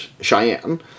Cheyenne